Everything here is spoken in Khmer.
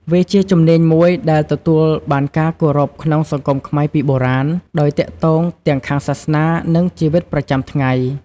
វាជាជំនាញមួយដែលទទួលបានការគោរពក្នុងសង្គមខ្មែរពីបុរាណ ដោយទាក់ទងទាំងខាងសាសនា និងជីវិតប្រចាំថ្ងៃ។